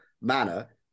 manner